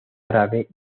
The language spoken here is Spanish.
árabe